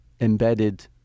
embedded